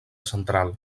central